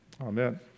Amen